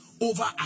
Over